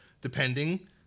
depending